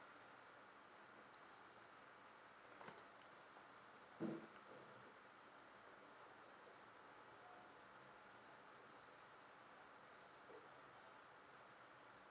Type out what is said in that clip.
mm